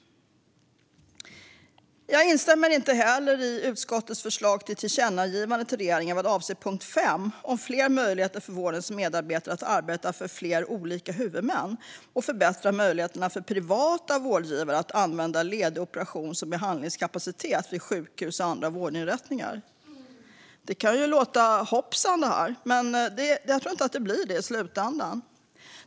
Jag instämmer inte heller i utskottets förslag till tillkännagivande till regeringen avseende punkt 5 om fler möjligheter för vårdens medarbetare att arbeta för olika huvudmän samt att förbättra möjligheterna för privata vårdgivare att använda ledig operations och behandlingskapacitet vid sjukhus och andra vårdinrättningar. Detta kan ju låta som hoppsan, men jag tror inte att det blir det i slutändan.